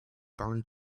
burned